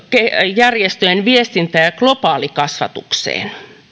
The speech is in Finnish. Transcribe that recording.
järjestöjen viestintä ja ja globaalikasvatukseen